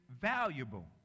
valuable